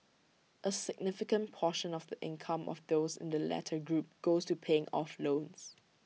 A significant portion of the income of those in the latter group goes to paying off loans